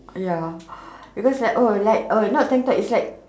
ya because like oh like oh not tank top it's like